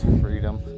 freedom